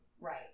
Right